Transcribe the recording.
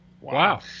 Wow